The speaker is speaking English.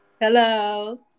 Hello